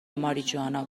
ماریجوانا